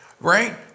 right